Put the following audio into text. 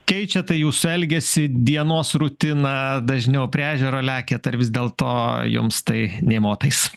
keičia tai jūsų elgesį dienos rutiną dažniau prie ežero lekiat ar vis dėlto jums tai nei motais